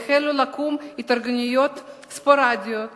והחלו לקום התארגנויות ספוראדיות,